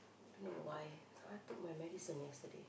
don't why I took my medicines yesterday